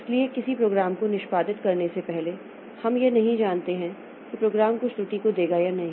इसलिए किसी प्रोग्राम को निष्पादित करने से पहले हम यह नहीं जानते हैं कि प्रोग्राम कुछ त्रुटि को देगा या नहीं